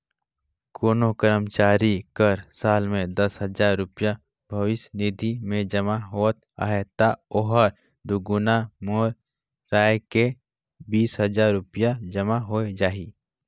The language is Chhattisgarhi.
कोनो करमचारी कर साल में दस हजार रूपिया भविस निधि में जमा होवत अहे ता ओहर दुगुना मेराए के बीस हजार रूपिया जमा होए जाही